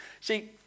See